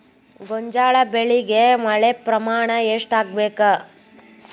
ಗೋಂಜಾಳ ಬೆಳಿಗೆ ಮಳೆ ಪ್ರಮಾಣ ಎಷ್ಟ್ ಆಗ್ಬೇಕ?